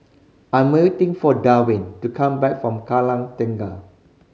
I'm waiting for Darwin to come back from Kallang Tengah